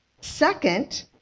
second